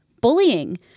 bullying